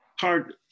hard